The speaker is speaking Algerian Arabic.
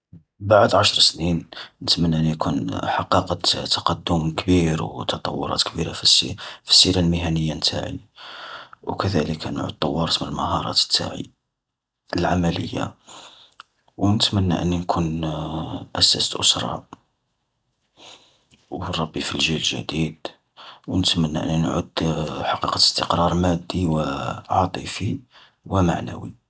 بعد عشر سنين نتمنى أني نكون حققت تقدم كبير وتطورات كبيرة في السي-في السيرة المهنية نتاعي، وكذلك نعود طورت من المهارات نتاعي العملية. ونتمنى أني نكون أسست أسرة، ونربي في الجيل الجديد، ونتمنى أني نعود حققت استقرار مادي وعاطفي ومعنوي.